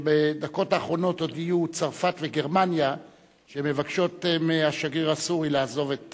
שבדקות האחרונות הודיעו צרפת וגרמניה שהן מבקשות מהשגריר הסורי לעזוב את